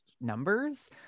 numbers